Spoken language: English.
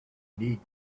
need